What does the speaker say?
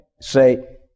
Say